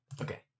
Okay